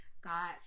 Got